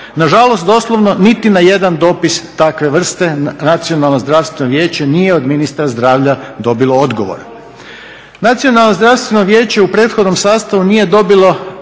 Nažalost doslovno niti na jedan dopis takve vrste Nacionalno zdravstveno vijeće nije od ministra zdravlja dobilo odgovor. Nacionalno zdravstveno vijeće u prethodnom sastavu nije dobilo